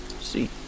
see